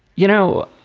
you know,